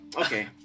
Okay